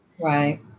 Right